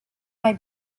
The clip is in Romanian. mai